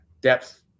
depth